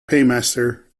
paymaster